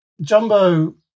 Jumbo